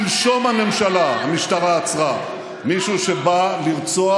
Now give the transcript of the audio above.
אף אחד, שלשום המשטרה עצרה מישהו שבא לרצוח,